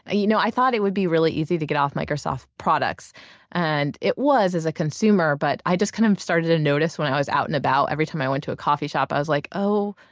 i you know i thought it would be really easy to get off microsoft products and it was as a consumer but i just kind of started to notice when i was out and about, every time i went to a coffee shop, i was like, oh,